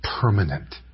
permanent